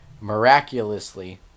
miraculously